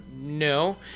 no